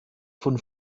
von